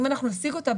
ואם אנחנו נשיג אותה,